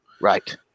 Right